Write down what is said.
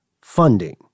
funding